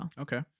okay